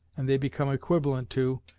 and they become equivalent to,